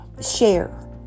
share